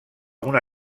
una